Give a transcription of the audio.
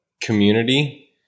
community